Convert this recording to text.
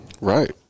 Right